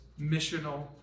missional